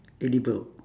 edible